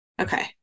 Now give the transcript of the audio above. Okay